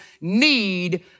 need